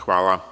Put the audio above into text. Hvala.